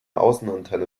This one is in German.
außenantenne